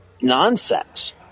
nonsense